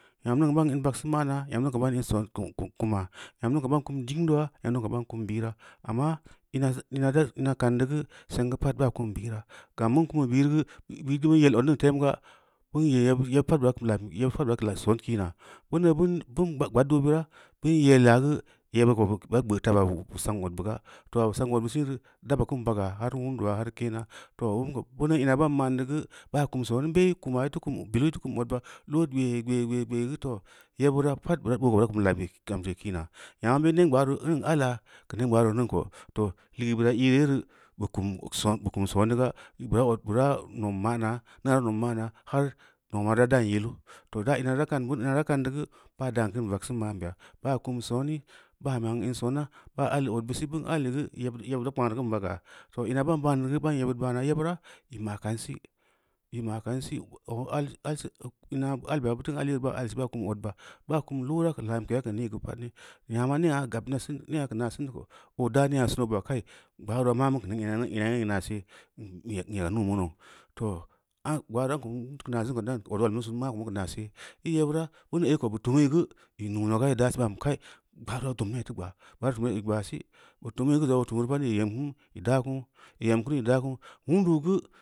Nyam niŋ gə ba’a’an vaksu mana nyam niŋ ko’o ba’a ən sonke kum kum kina nyam nin ko’o ban kum ndiŋdowa’a nyam niŋ ko ba’a kum birowa’a, amma ina ina ina kang də gə senga pa’at ba’a kum birawa’a gam ban kum birugula birugu’u ba yel ot niŋ ot nin temga’a ko’o ba nyi yebit ga pa’at-yebit pa’at ba’a lamson kina mbeno’o ban’ban bagdo’o bera ba yella’a ga ko’o ko’o ba’a mgbo’o taba’a o sa’a’m ot ba ga’a toh o’ bə sa’an o bi sira da bən kum baga har wun dua har ke’ena’a toh ban ko’o bano mbe kuma itə kum bila ita kum ot ba’a lout bué bué gə toh yebira’a pa’at bo’o ƙo’o da bo’o ko’o da kum da’a kina nya mbe mbe neb gbaro’o tərən ala’a kə nen gbaro’o niŋ ko’o toh lego bara’a irii yarii ‘i’ kum kum soné ga’a ida ot-idaotnom manaf ida ot nom mana’a har noma da’a da’an yilul toh da’a ina da’a lan da gə ba’a da’an kən vaksu manbea ba’a al ot ba si ban al ot bi gə yeb-yebit fa da’a kpang de ga baga’a toh ina ba, a’an da ga ba yebit ba’ana, yebira’a ima kansi-ina kansi ot bə al al si ina ba’a kum ot ba’a ba’a kum loo’ra’a ko’o lamkeya’a ko’o ni fa pa’at nyama neya gab ini sen neya’a ko’o nasen də ko’o da’a neya’a sunu ‘o’ ba’a kai bgaro’o mamu kə ina niŋ mu mass toh am wa’a da’a kum ku nasen ko’o da em ot wal mu sunu’u ma ko’o muku sane ‘i’ yeba’a won ai ko’o tumin gə ‘i’ nasi nogaba ‘i’ da’a so ‘i’ ba’a kai gbara’o tumi’i ta’ gba’a-gbar’o tummi’i ta gba’a ‘i’ ba’a so’i ‘o’ tumi’i’ gə ‘o’ tumi’i ga ‘i’ em kunu’u, i da’a kunu-i’ em kunu’u ‘i’i da da’a kunu’u wundu’u ga.